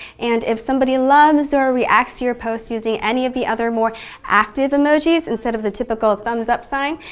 and if somebody loves or reacts to your post using any of the other, more active emojis instead of the typical thumbs up sign,